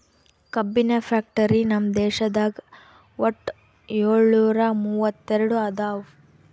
ಕಬ್ಬಿನ್ ಫ್ಯಾಕ್ಟರಿ ನಮ್ ದೇಶದಾಗ್ ವಟ್ಟ್ ಯೋಳ್ನೂರಾ ಮೂವತ್ತೆರಡು ಅದಾವ್